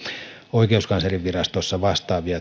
oikeuskanslerinvirastossa vastaavia